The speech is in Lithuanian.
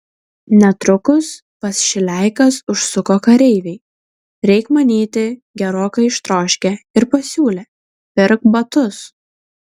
netrukus pas šileikas užsuko kareiviai reik manyti gerokai ištroškę ir pasiūlė pirk batus